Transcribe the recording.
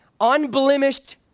unblemished